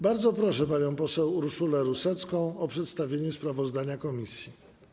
Bardzo proszę panią poseł Urszulę Rusecką o przedstawienie sprawozdania komisji.